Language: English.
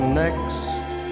next